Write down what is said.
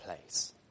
place